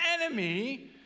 enemy